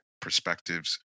perspectives